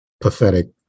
pathetic